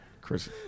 Chris